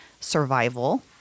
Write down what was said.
survival